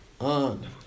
on